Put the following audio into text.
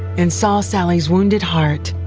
and saw sallie's wounded heart.